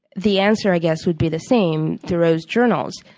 the answer i guess, would be the same thoreau's journals.